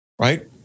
right